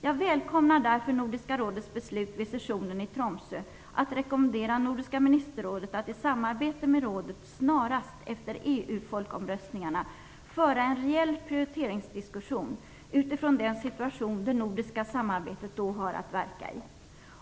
Jag välkomnar därför Nordiska rådets beslut vid sessionen i Tromsö att rekommendera Nordiska ministerrådet att i samarbete med rådet snarast efter EU-folkomröstningarna föra en reell prioriteringsdiskussion utifrån den situation det nordiska samarbetet då har att verka i.